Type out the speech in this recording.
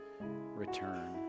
return